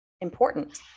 important